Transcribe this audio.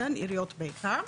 עיריות בעיקר.